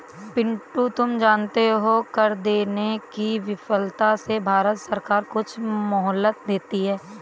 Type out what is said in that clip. पिंटू तुम जानते हो कर देने की विफलता से भारत सरकार कुछ मोहलत देती है